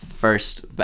first